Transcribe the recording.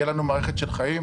תהיה לנו מערכת של חיים,